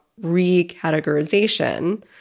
recategorization